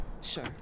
Sure